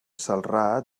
celrà